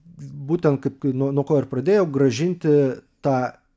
būtent kaip nuo ko ir pradėjo grąžinti tą